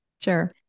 Sure